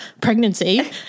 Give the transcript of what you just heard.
pregnancy